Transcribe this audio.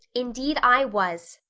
indeed i was,